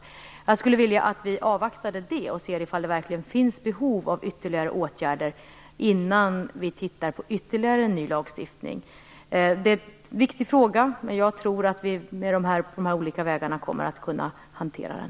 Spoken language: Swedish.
Jag skulle alltså vilja att vi avvaktade för att se om det verkligen finns behov av ytterligare åtgärder; detta innan vi tittar närmare på ytterligare en ny lagstiftning. Det här är en viktig fråga, men jag tror att vi med de här olika vägarna kommer att kunna hantera den.